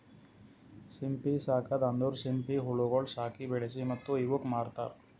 ಸಿಂಪಿ ಸಾಕದ್ ಅಂದುರ್ ಸಿಂಪಿ ಹುಳಗೊಳ್ ಸಾಕಿ, ಬೆಳಿಸಿ ಮತ್ತ ಇವುಕ್ ಮಾರ್ತಾರ್